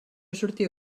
sortia